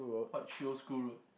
what Chio School Road